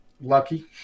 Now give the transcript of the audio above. lucky